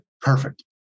perfect